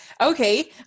Okay